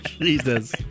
Jesus